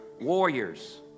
warriors